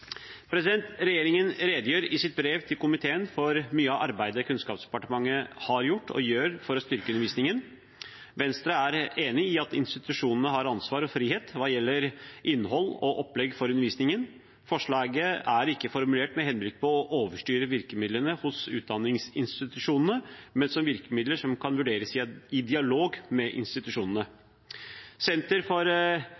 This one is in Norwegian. Regjeringen redegjør i sitt brev til komiteen for mye av arbeidet Kunnskapsdepartementet har gjort og gjør for å styrke undervisningen. Venstre er enig i at institusjonene har ansvar og frihet hva gjelder innhold og opplegg for undervisningen. Forslaget er ikke formulert med henblikk på å overstyre virkemidlene hos utdanningsinstitusjonene, men som virkemidler som kan vurderes i dialog med institusjonene.